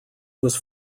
was